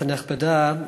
כנסת נכבדה,